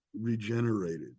regenerated